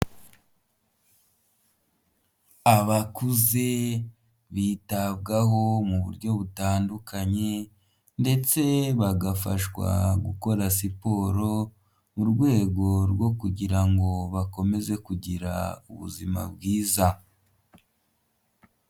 Abakuze bitabwaho mu buryo butandukanye ndetse bagafashwa gukora siporo mu rwego rwo kugira ngo bakomeze kugira ubuzima bwiza.